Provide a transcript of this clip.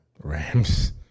Rams